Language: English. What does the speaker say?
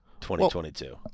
2022